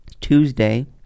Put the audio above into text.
Tuesday